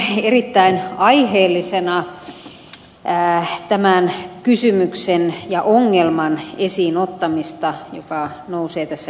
pidän erittäin aiheellisena tämän kysymyksen ja ongelman esiin ottamista joka nousee tässä ed